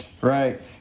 Right